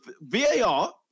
VAR